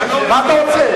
מה אתה רוצה?